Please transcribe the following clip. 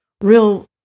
real